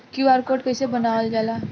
QR code कइसे बनवाल जाला?